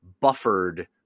buffered